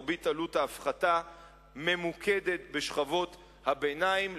מרבית עלות ההפחתה ממוקדת בשכבות הביניים,